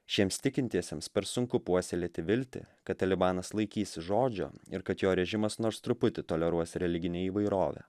šiems tikintiesiems per sunku puoselėti viltį kad talibanas laikysis žodžio ir kad jo režimas nors truputį toleruos religinę įvairovę